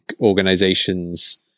organizations